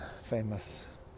famous